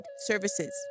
Services